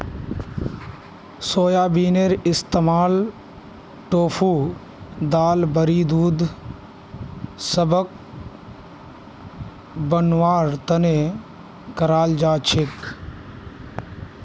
सोयाबीनेर इस्तमाल टोफू दाल बड़ी दूध इसब बनव्वार तने कराल जा छेक